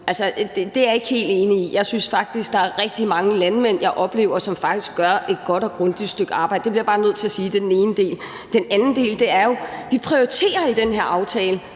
det er jeg ikke helt enig i. Jeg synes faktisk, jeg oplever rigtig mange landmænd, som faktisk gør et godt og grundigt stykke arbejde. Det bliver jeg bare nødt til at sige. Og så vil jeg sige, at vi jo i den her aftale